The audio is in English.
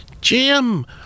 Jim